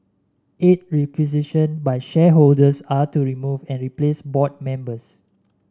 eight requisitioned by shareholders are to remove and replace board members